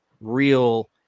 real